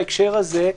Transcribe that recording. בהקשר הזה,